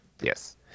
Yes